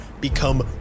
become